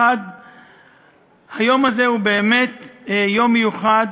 1. היום הזה הוא באמת יום מיוחד,